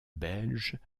belge